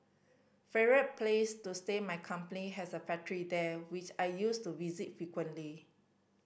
favourite place to stay my company has a factory there which I used to visit frequently